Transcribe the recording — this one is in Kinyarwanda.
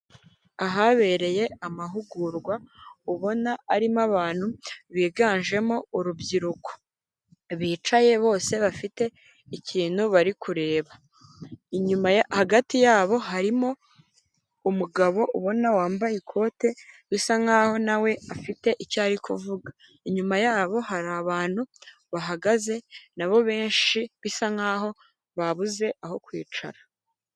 Ahabereye amahugurwa ubona arimo abantu biganjemo urubyiruko, bicaye bose bafite ikintu bari kureba, hagati yabo harimo umugabo ubona wambaye ikote bisa nk'aho nawe afite icyo ari kuvuga, inyuma yabo hari abantu bahagaze nabo benshi bisa nkaho babuze aho kwicara.